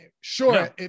Sure